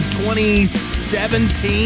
2017